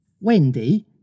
Wendy